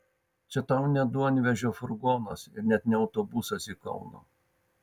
čia tau ne duonvežio furgonas ir net ne autobusas į kauną